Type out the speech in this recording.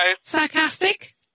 Sarcastic